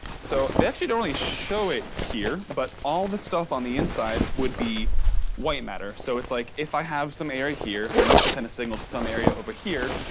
so they actually don't really show it here. but all this stuff on the inside would be white matter. so it's like if i have some area here that needs to send a signal to some area over here,